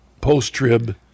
post-trib